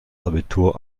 abitur